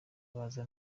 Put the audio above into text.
baza